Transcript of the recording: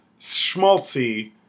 schmaltzy